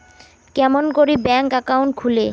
কেমন করি bank account খুলে?